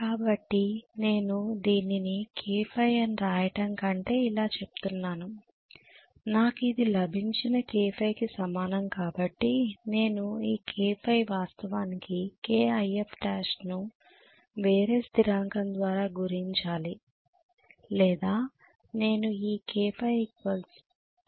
కాబట్టి నేను దీనిని kΦ అని వ్రాయడం కంటే ఇలా చెప్తున్నాను ఇది నాకు లభించిన kΦ కి సమానం కాబట్టి నేను ఈ kΦ వాస్తవానికి kIfl ను వేరే స్థిరాంకం ద్వారా గుణించాలి లేదా నేను ఈ kΦ K12